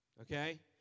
okay